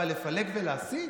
אבל לפלג ולהסית?